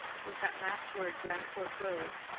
with that last word grandcourt rose,